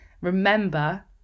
Remember